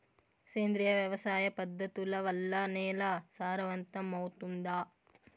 సేంద్రియ వ్యవసాయ పద్ధతుల వల్ల, నేల సారవంతమౌతుందా?